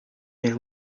been